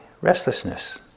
restlessness